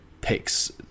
picks